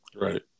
Right